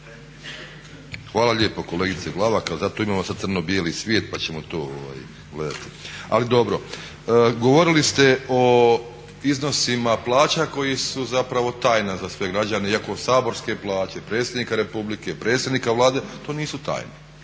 Hvala lijepo. Kolegice Glavak, ali zato imamo sad crno-bijeli svijet pa ćemo to gledati ali dobro. Govorili ste o iznosima plaća koji su zapravo tajna za sve građane iako saborske plaće, predsjednika Republike, predsjednika Vlade to nisu tajne.